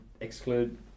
exclude